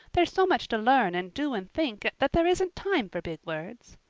there's so much to learn and do and think that there isn't time for big words.